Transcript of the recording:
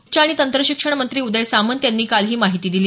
उच्च आणि तंत्र शिक्षण मंत्री उदय सामंत यांनी काल ही माहिती दिली